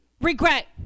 Regret